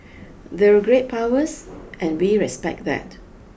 they're great powers and we respect that